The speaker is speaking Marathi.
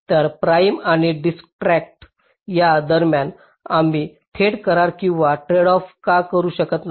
तर प्रीमPrim's आणि डिजकस्ट्राDijkstra's च्या दरम्यान आम्ही थेट करार किंवा ट्रेडऑफ का करू शकत नाही